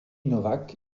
novák